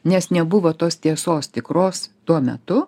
nes nebuvo tos tiesos tikros tuo metu